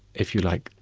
if you like,